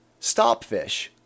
Stopfish